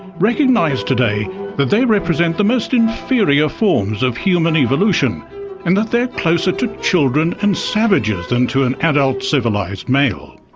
recognise today that they represent the most inferior forms of human evolution and that they are closer to children and savages than to an adult, civilised male.